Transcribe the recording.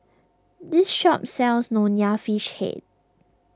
this shop sells Nonya Fish Head